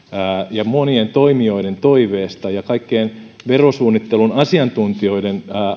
monien toimijoiden toiveesta ja kaikkien verosuunnittelun asiantuntijoiden